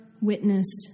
witnessed